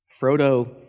Frodo